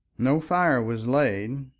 no fire was laid,